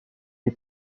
est